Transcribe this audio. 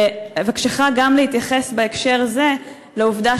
אבקשך גם להתייחס בהקשר זה לעובדה